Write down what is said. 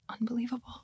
unbelievable